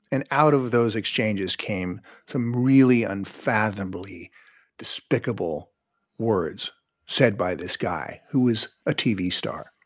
and out of those exchanges came from really unfathomably despicable words said by this guy who is a tv star.